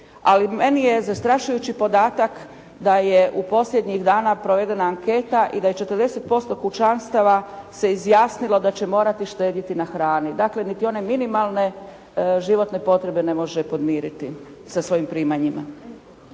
meni je zastrašujući podatak da je u posljednjih dana provedena anketa i da je 40% kućanstava se izjasnilo da će morati štediti na hrani. Dakle, niti one minimalne životne potrebe ne može podmiriti sa svojim primanjima.